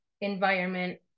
environment